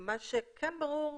מה שכן ברור,